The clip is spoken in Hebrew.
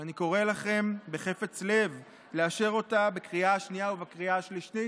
ואני קורא לכם בחפץ לב לאשר אותה בקריאה השנייה ובקריאה השלישית.